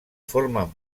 formen